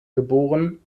geb